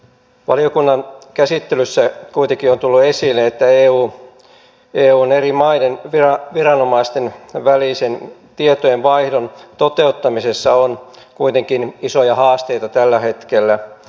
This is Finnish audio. valiokunnan käsittelyssä kuitenkin on tullut esille että eun eri maiden viranomaisten välisen tietojenvaihdon toteuttamisessa on isoja haasteita tällä hetkellä